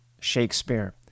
Shakespeare